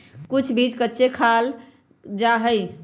कुछ बीज कच्चे खाल जा हई